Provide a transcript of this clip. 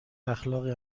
اخلاقی